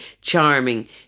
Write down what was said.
charming